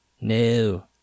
no